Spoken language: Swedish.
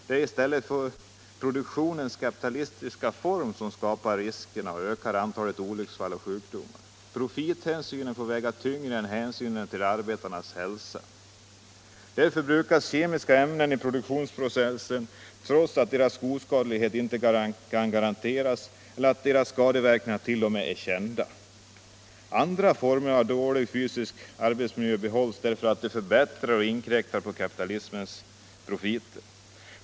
Det är i stället produktionens kapitalistiska form som skapar riskerna och ökar antalet olycksfall och sjukdomar. Profithänsynen får väga tyngre än hänsynen till arbetarnas hälsa. Därför brukas kemiska ämnen i produktionsprocessen trots att deras oskadlighet inte kan garanteras eller att deras skadeverkningar t.o.m. är kända. Andra former av dålig fysisk arbetsmiljö behålls därför att förbättringar inkräktar på kapitalisternas profiter.